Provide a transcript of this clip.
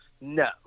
no